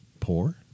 poor